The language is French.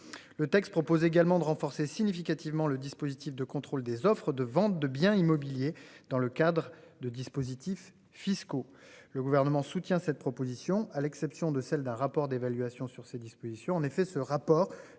Le texte propose également de renforcer significativement le dispositif de contrôle des offres de vente de biens immobiliers dans le cadre de dispositifs fiscaux. Le gouvernement soutient cette proposition à l'exception de celle d'un rapport d'évaluation sur ces dispositions.